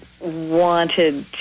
wanted